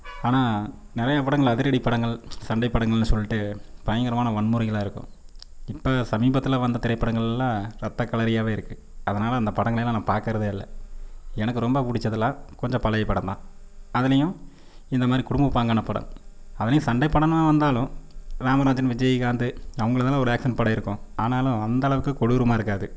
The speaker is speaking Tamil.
ஆனால் நிறையா படங்கள் அதிரடி படங்கள் சண்டைப் படங்கள்னு சொல்லிட்டு பயங்கரமான வன்முறைகளாக இருக்கும் இப்போ சமீபத்தில் வந்த திரைப்படங்கள்லாம் ரத்தக்கெளரியாகவே இருக்குது அதனால் அந்த படங்களை எல்லா நான் பார்க்கறதே இல்லை எனக்கு ரொம்ப பிடிச்சதெல்லாம் கொஞ்சம் பழைய படந்தான் அதிலையும் இந்த மாதிரி குடும்பப்பாங்கான படம் அதிலையும் சண்டைப்படன்னு வந்தாலும் ராமராஜன் விஜயகாந்த் அவங்களதுலாம் ஒரு ஆக்ஷன் படம் இருக்கும் ஆனாலும் அந்தளவுக்கு கொடூரமாக இருக்காது